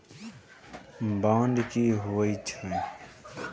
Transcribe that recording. Bond की होई छै?